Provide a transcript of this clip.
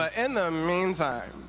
ah in the mean time,